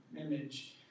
image